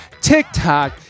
TikTok